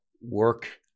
work